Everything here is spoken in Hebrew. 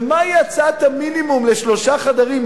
ומהי הצעת המינימום לשלושה חדרים?